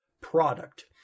product